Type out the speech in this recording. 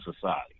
society